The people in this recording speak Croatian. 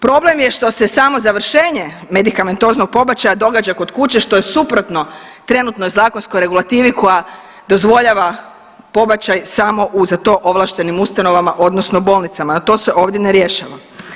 Problem je što se samozavršenje medikamentoznog pobačaja događa kod kuće što je suprotno trenutnoj zakonskoj regulativi koja dozvoljava samo u za to ovlaštenim ustanovama odnosno bolnica, to se ovdje ne rješava.